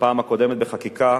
בפעם הקודמת בחקיקה